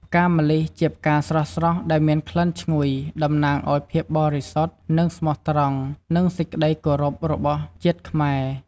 ផ្កាម្លិះជាផ្កាស្រស់ៗដែលមានក្លិនឈ្ងុយ តំណាងឲ្យភាពបរិសុទ្ធ និងស្មោះត្រង់ និងសេចក្ដីគោរពរបស់ជាតិខ្មែរ។